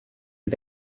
die